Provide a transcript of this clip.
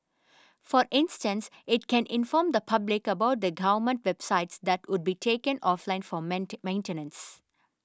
for instance it can inform the public about the government websites that would be taken offline for maintenance